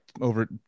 over